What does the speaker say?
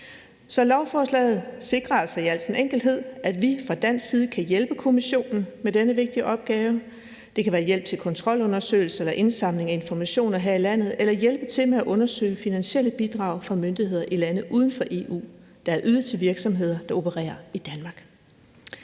lovforslaget sikrer altså i al sin enkelhed, at vi fra dansk side kan hjælpe Kommissionen med denne vigtige opgave. Det kan være hjælp til kontrolundersøgelser, indsamling af informationer her i landet eller hjælp til at undersøge finansielle bidrag fra myndigheder i lande uden for EU, der er ydet til virksomheder, der opererer i Danmark.